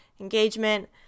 engagement